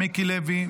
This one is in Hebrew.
מיקי לוי,